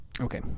Okay